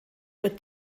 wird